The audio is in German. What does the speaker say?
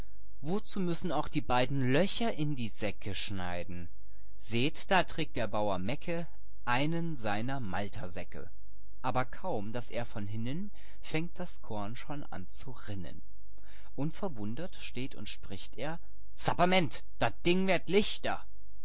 wozu müssen auch die beiden löcher in die säcke schneiden illustration bauer mecke seht da trägt der bauer mecke einen seiner maltersäcke illustration die säcke rinnen aber kaum daß er von hinnen fängt das korn schon an zu rinnen illustration und werden lichter und verwundert steht und spricht er zapperment dat ding werd lichter